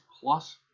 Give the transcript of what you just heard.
plus